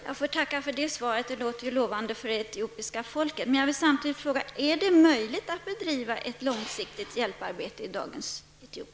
Herr talman! Jag får tacka för det svaret. Det låter lovande för det etiopiska folket. Man jag vill samtidigt fråga: Är det möjligt att bedriva ett långsiktigt hjälparbete i dagens Etiopien?